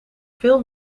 veel